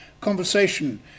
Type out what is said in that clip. conversation